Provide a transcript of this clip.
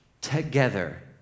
together